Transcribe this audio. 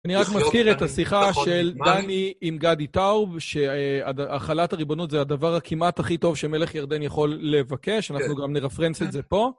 אני רק מזכיר את השיחה של דני עם גדי טאוב, שההחלת הריבונות זה הדבר הכמעט הכי טוב שמלך ירדן יכול לבקש, אנחנו גם נרפרנס את זה פה.